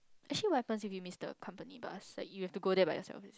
actually what happens if you miss the company bus like you have to go there by yourself